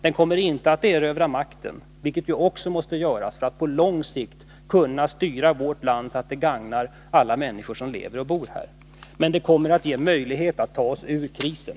Den kommer inte att erövra makten, vilket man också måste göra för att på lång sikt kunna styra vårt land så att det gagnar alla människor som lever och bor här, men den kommer att ge en möjlighet att ta oss ur krisen.